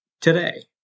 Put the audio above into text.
today